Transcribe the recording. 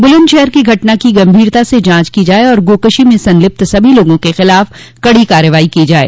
बुलन्दशहर की घटना की गभीरता से जांच की जाये और गोकशी में संलिप्त सभी लोगों के खिलाफ कड़ी कार्रवाई की जाये